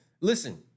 listen